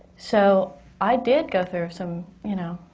so i did go through some, you know